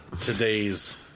today's